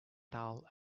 tall